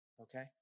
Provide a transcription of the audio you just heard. Okay